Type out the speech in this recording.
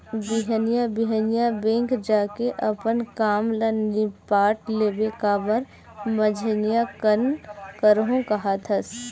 बिहनिया बिहनिया बेंक जाके अपन काम ल निपाट लेबे काबर मंझनिया कन करहूँ काहत हस